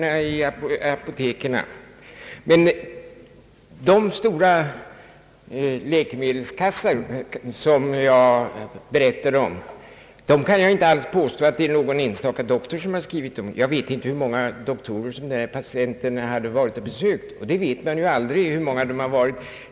Recepten till medicinerna i de stora läkemedelskassar som jag berättade om kan jag inte påstå att någon enstaka doktor skrivit ut. Jag vet inte hur många doktorer de här patienterna hade besökt.